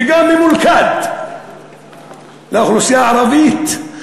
וגם ממולכד לאוכלוסייה הערבית.